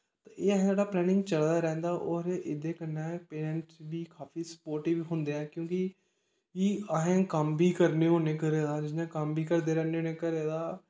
एह् असें जेह्ड़ा प्लैनिंग चलदा रैंह्दा होर एह्दे कन्नै पेरैंटस बी काफी स्पोर्टिंव होंदे ऐं क्योंकि असें कम्म बी करने होन्ने घरै दा जियां कम्म बी करदे रैह्न्ने होन्ने घरै दा